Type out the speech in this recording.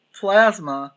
plasma